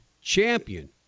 champion